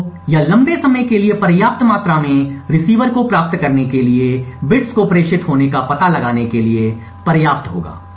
तो यह लंबे समय के लिए पर्याप्त मात्रा में रिसीवर को प्राप्त करने के लिए वास्तव में बिट्स को प्रेषित होने का पता लगाने के लिए पर्याप्त होगा